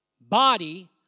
body